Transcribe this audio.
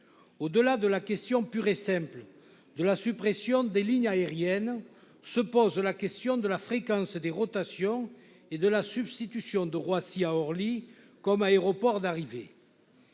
Au-delà de la question pure et simple de la suppression des lignes aériennes, se pose celle de la fréquence des rotations et de la substitution de Roissy à Orly comme aéroport d'arrivée.